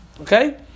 Okay